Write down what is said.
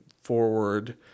forward